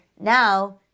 now